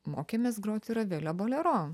mokėmės groti ravelio bolero